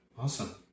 Awesome